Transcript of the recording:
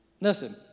Listen